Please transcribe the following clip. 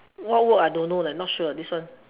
what work I don't know leh not sure this one